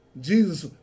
Jesus